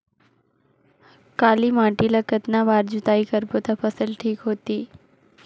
काली माटी ला कतना बार जुताई करबो ता फसल ठीक होती?